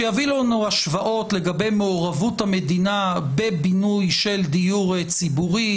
שיביא לנו השוואות לגבי מעורבות המדינה בבינוי של דיור ציבורי,